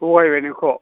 थगायबाय नोंखौ